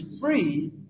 free